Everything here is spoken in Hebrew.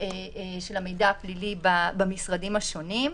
של המידע הפלילי במשרדים השונים.